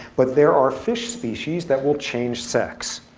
but there are fish species that will change sex.